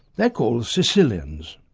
they're called caecilians.